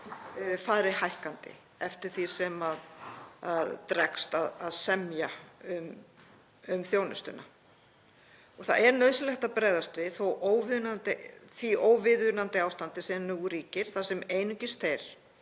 fari hækkandi eftir því sem það dregst að semja um þjónustuna. Nauðsynlegt er að bregðast við því óviðunandi ástandi sem nú ríkir þar sem einungis þeir